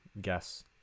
Guess